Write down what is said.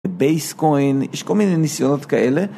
בייסקוין, יש כל מיני ניסיונות כאלה.